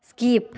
skip